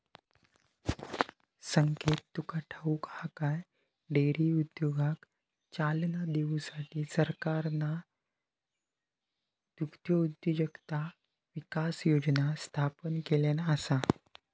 संकेत तुका ठाऊक हा काय, डेअरी उद्योगाक चालना देऊसाठी सरकारना दुग्धउद्योजकता विकास योजना स्थापन केल्यान आसा